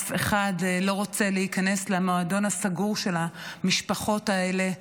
אף אחד לא רוצה להיכנס למועדון הסגור של המשפחות האלה,